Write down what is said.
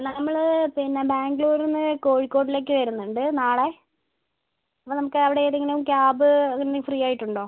നമ്മൾ പിന്നെ ബാംഗ്ളൂരിന്ന് കോഴിക്കോടിലേക്ക് വരുന്നുണ്ട് നാളെ അപ്പോൾ നമുക്ക് അവിടെ ഏതെങ്കിലും ക്യാബ് ഒന്ന് ഫ്രീ ആയിട്ടുണ്ടോ